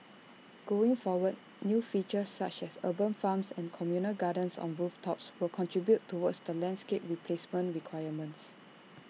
going forward new features such as urban farms and communal gardens on rooftops will contribute towards the landscape replacement requirements